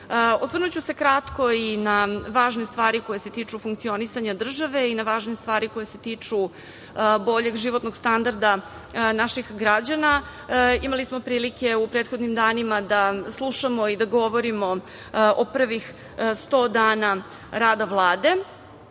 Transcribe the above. studija. Osvrnuću se kratko i na važne stvari koje se tiču funkcionisanja države i na važne stvari koje se tiču boljeg životnog standarda naših građana. Imali smo prilike u prethodnim danima da slušamo i da govorimo o prvih 100 dana rada Vlade.